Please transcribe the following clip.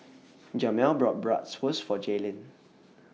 Jamel bought Bratwurst For Jaylin